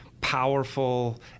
powerful